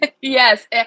Yes